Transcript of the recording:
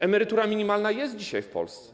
Emerytura minimalna jest dzisiaj w Polsce.